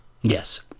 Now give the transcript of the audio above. Yes